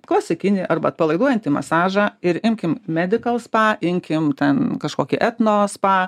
klasikinį arba atpalaiduojantį masažą ir imkim medikal spa paimkime ten kažkokį etno spa